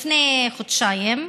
לפני חודשיים,